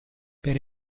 per